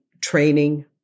training